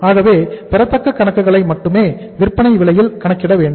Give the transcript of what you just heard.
ஆகவே பெறத்தக்க கணக்குகளை மட்டுமே விற்பனை விலையில் கணக்கிட வேண்டும்